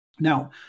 Now